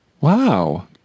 Wow